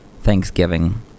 Thanksgiving